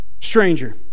stranger